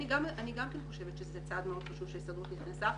אני גם חושבת שזה חשוב שההסתדרות נכנסה.